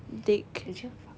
dick